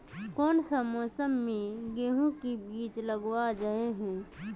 कोन सा मौसम में गेंहू के बीज लगावल जाय है